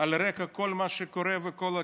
על רקע כל מה שקורה וכל הקיצוצים.